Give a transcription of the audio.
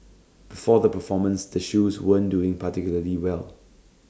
before the performance the shoes weren't doing particularly well